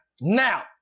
Now